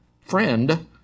friend